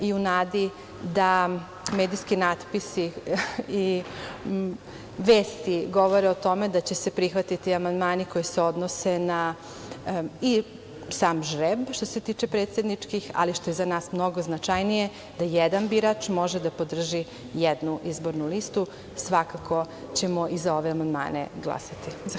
U nadi da medijski natpisi i vesti govore o tome da će se prihvatiti amandmani koji se odnose na i sam žreb, što se tiče predsedničkih, ali što je za nas mnogo značajnije da jedan birač može da podrži jednu izbornu listu, svakako ćemo i za ove amandmane glasati.